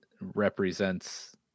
represents